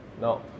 No